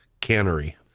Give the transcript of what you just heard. Cannery